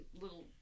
little